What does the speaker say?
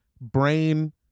brain